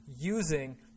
using